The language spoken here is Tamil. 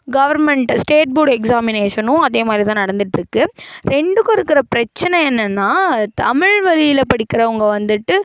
கவர்மெண்ட் ஸ்டேட் போர்டு எக்ஸாமினேஷனும் அதேமாதிரி தான் நடந்துகிட்டு இருக்குது ரெண்டுக்கும் இருக்கிற பிரச்சனை என்னனா தமிழ் வழியில படிக்கிறவங்க வந்துட்டு